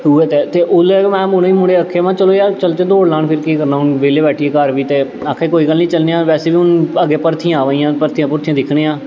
उ'ऐ ते ते ओल्लै गै में उ'नें मुड़ें गी आखेआ महां चलो यार चलचै दौड़ लान फिर केह् करना हून बेह्ल्ले बैठियै घर बी ते आखा दे कोई गल्ल निं चलने आं वैसे बी हून अग्गें भर्थियां अवा दियां न भर्थियां भुर्थियां दिक्खने न